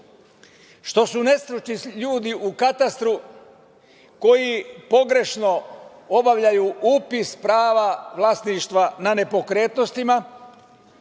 što su nestručni ljudi u katastru koji pogrešno obavljaju upis prava vlasništva na nepokretnostima,